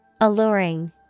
Alluring